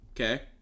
Okay